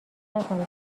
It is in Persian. نکنه